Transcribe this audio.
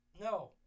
No